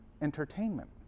entertainment